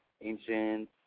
ancient